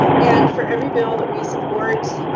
and for every bill that we support,